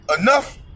enough